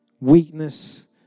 weakness